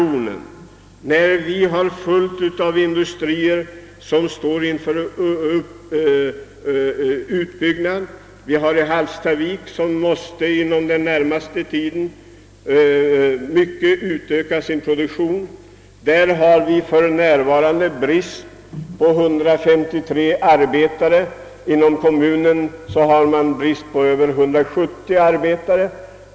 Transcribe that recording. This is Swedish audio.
En mängd industrier står inför en utbyggnad. I Hallstavik t.ex. tvingas man att mycket snabbt utöka industriproduktionen. Arbetskraftsbristen där uppgår till ett 150-tal arbetare, och den sammanlagda bristen inom kommunen uppgår till ca 170 arbetare.